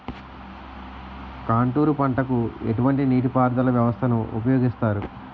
Contour పంటకు ఎటువంటి నీటిపారుదల వ్యవస్థను ఉపయోగిస్తారు?